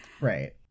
Right